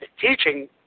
teaching